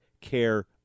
care